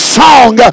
song